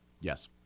Yes